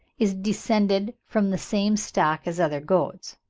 is descended from the same stock as other goats,